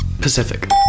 Pacific